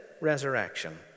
resurrection